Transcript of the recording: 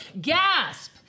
gasp